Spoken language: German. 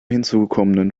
hinzugekommenen